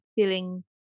feeling